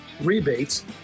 rebates